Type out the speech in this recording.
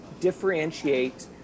differentiate